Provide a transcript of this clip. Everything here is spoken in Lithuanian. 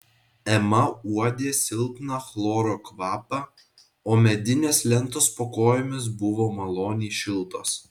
ema uodė silpną chloro kvapą o medinės lentos po kojomis buvo maloniai šiltos